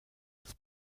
als